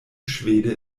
schwede